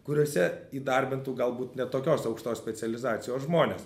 kuriose įdarbintų galbūt ne tokios aukštos specializacijos žmones